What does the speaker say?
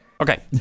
Okay